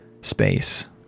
space